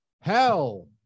hell